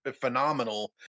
phenomenal